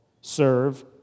serve